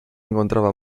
encontraba